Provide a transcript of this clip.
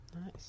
Nice